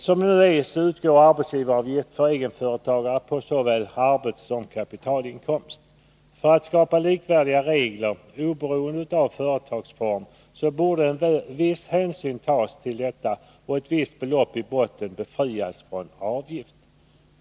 Som det nu är utgår arbetsgivaravgift för egenföretagare på såväl arbetssom kapitalinkomst. För att skapa likvärdiga regler oberoende av företagsform borde en viss hänsyn tas till detta och ett visst belopp i botten befrias från avgift.